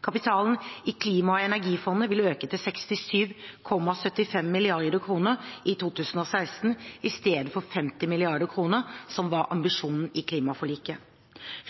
Kapitalen i Klima- og energifondet vil øke til 67,75 mrd. kr i 2016, i stedet for 50 mrd. kr som var ambisjonen i klimaforliket.